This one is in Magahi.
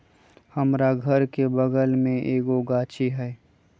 हमरा घर के बगल मे भी एगो गाछी हई